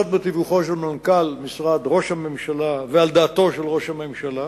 בתיווכו של מנכ"ל משרד ראש הממשלה ועל דעתו של ראש הממשלה.